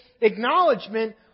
acknowledgement